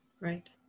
right